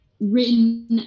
written